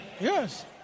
Yes